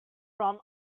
from